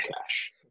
cash